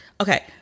Okay